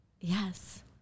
yes